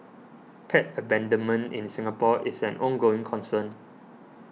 pet abandonment in the Singapore is an ongoing concern